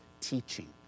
Teaching